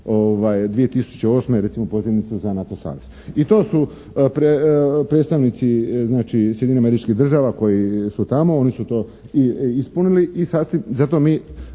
2008. recimo pozivnicu za NATO savez. I to su predstavnici znači Sjedinjenih Američkih Država koji su tamo, oni su to ispunili i zato mi